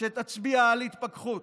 שתצביע על התפכחות,